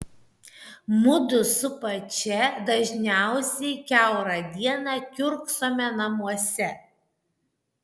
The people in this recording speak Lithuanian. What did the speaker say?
mudu su pačia dažniausiai kiaurą dieną kiurksome namuose